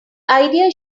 ideas